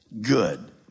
good